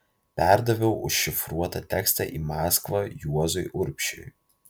perdaviau užšifruotą tekstą į maskvą juozui urbšiui